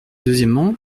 deuxièmement